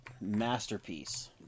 masterpiece